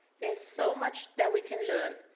there is so much that we can learn.